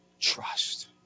trust